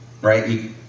right